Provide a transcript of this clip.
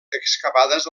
excavades